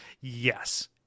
Yes